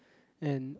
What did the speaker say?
and